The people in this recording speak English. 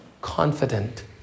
confident